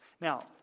now